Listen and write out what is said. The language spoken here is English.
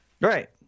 right